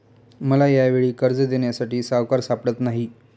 मला यावेळी कर्ज देण्यासाठी सावकार सापडत नाही